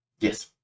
Yes